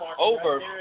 over